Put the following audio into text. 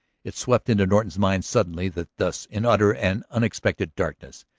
it swept into norton's mind suddenly that thus, in utter and unexpected darkness,